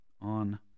on